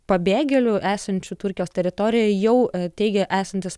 pabėgėlių esančių turkijos teritorijoje jau teigia esantys